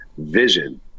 vision